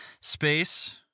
space